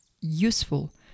useful